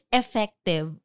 effective